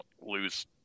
lose